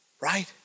right